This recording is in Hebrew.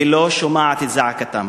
ולא שומעת את זעקתם.